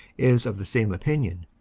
is of the same opinion.